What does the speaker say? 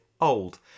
Old